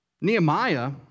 Nehemiah